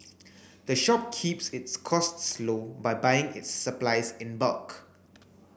the shop keeps its costs low by buying its supplies in bulk